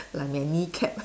like my knee cap